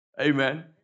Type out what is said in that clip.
Amen